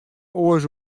oars